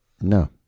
no